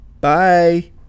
Bye